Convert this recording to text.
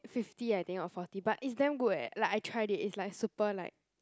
fifty I think or forty but it's damn go eh like I tried it's like super like